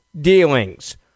dealings